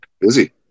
Busy